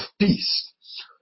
peace